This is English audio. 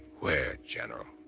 where, general?